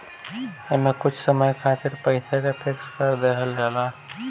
एमे कुछ समय खातिर पईसा के फिक्स कर देहल जाला